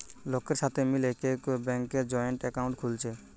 লোকের সাথে মিলে কেউ কেউ ব্যাংকে জয়েন্ট একাউন্ট খুলছে